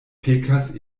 pekas